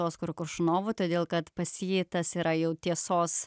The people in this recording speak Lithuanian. oskaru koršunovu todėl kad pas jį tas yra jau tiesos